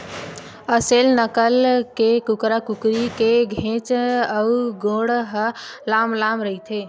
असेल नसल के कुकरा कुकरी के घेंच अउ गोड़ ह लांम लांम रहिथे